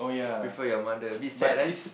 prefer your mother a bit sad leh